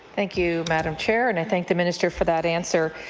thank you, madam chair. and i thank the minister for that answer.